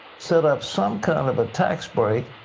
sort of some kind of a tax break,